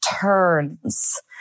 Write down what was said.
turns